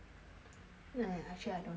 actually I don't know I cannot see